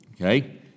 Okay